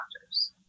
doctors